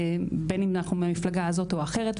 בין אם אנחנו מהמפלגה זו או אחרת,